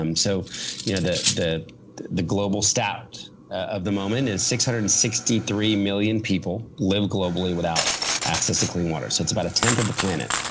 um so you know the the the global stat of the moment is six hundred and sixty three million people live globally without access to clean water. so, it's about a tenth of the planet.